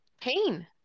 pain